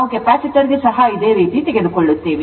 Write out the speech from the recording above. ನಾವು ಕೆಪಾಸಿಟರ್ ಗೆ ಸಹ ಇದೇ ರೀತಿ ತೆಗೆದುಕೊಳ್ಳುತ್ತೇವೆ